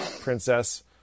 princess